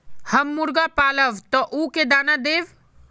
हम मुर्गा पालव तो उ के दाना देव?